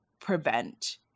prevent